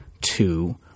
two